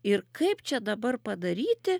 ir kaip čia dabar padaryti